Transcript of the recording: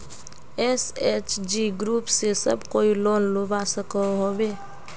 SHG group से सब कोई लोन लुबा सकोहो होबे?